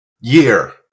year